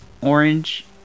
orange